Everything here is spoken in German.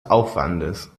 aufwandes